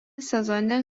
sezone